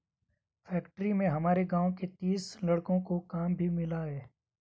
factory में हमारे गांव के तीस लड़कों को काम भी मिला है